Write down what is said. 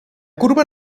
curva